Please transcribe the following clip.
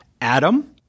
Adam